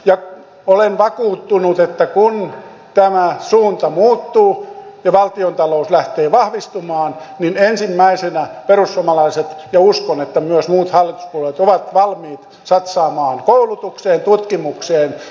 ja olen vakuuttunut että kun tämä suunta muuttuu ja valtiontalous lähtee vahvistumaan niin ensimmäisenä perussuomalaiset ja uskon että myös muut hallituspuolueet ovat valmiit satsaamaan koulutukseen tutkimukseen sosiaaliturvaan